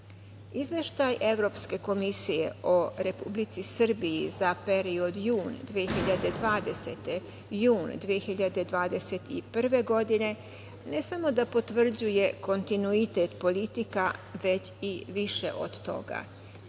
politiku. Izveštaj Evropske komisije o Republici Srbiji za period jun 2020-jul 2021. godine ne samo da potvrđuje kontinuitet politika, već i više od toga,